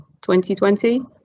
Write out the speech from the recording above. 2020